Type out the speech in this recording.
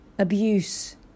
abuse